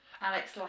Alex